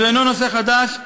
זה אינו נושא חדש,